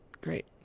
Great